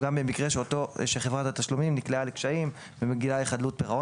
גם במקרה בו חברת התשלומים נקלעה לתשלומים ומגיעה לחדלות פירעון.